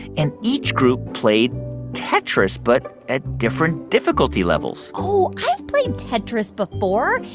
and each group played tetris but at different difficulty levels oh, i've played tetris before.